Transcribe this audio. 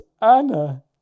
Anna